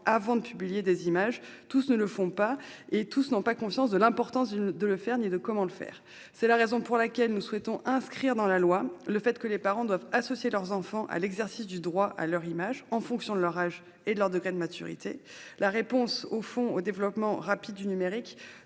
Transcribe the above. avant de publier une image, et même lorsqu'ils le font, tous n'ont pas conscience de l'importance de cette demande ni de la manière de la formuler. C'est la raison pour laquelle nous souhaitons inscrire dans la loi le fait que les parents doivent associer leurs enfants à l'exercice du droit à leur image en fonction de leur âge et de leur degré de maturité. Au fond, la réponse au développement du numérique